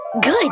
Good